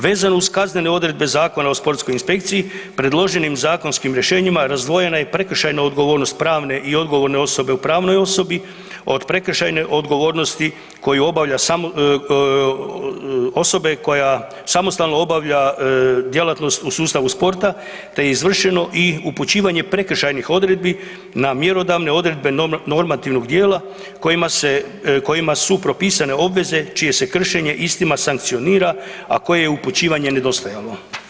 Vezano uz kaznene odredbe Zakona o sportskoj inspekciji predloženim zakonskim rješenjima razdvojena je i prekršajna odgovornost pravne i odgovorne osobe u pravnoj osobi od prekršajne odgovornosti koju obavlja osoba koja samostalno obavlja djelatnost u sustavu sporta te je izvršeno i upućivanje prekršajnih odredbi na mjerodavne odredbe normativnog dijela kojima se kojima su propisane obveze čije se kršenje istima sankcionira, a koje upućivanje je nedostajalo.